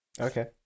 Okay